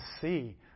see